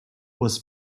was